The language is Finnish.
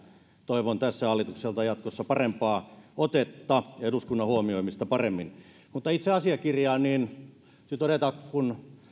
toivon hallitukselta jatkossa parempaa otetta ja eduskunnan huomioimista paremmin mutta itse asiakirjaan täytyy todeta että kun